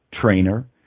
trainer